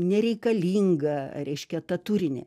nereikalingą reiškia tą turinį